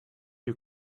you